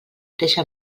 deixa